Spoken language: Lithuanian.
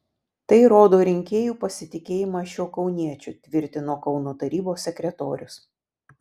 tai rodo rinkėjų pasitikėjimą šiuo kauniečiu tvirtino kauno tarybos sekretorius